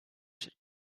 should